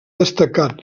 destacat